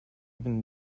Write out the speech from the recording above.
even